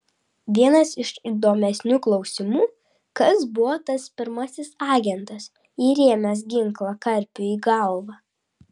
vienas iš įdomesnių klausimų kas buvo tas pirmasis agentas įrėmęs ginklą karpiui į galvą